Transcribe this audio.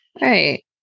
Right